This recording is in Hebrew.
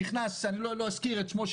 נכנס חבר כנסת לדיון אני לא אזכיר את שמו,